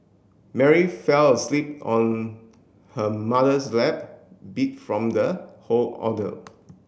Mary fell asleep on her mother's lap beat from the whole ordeal